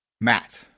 Matt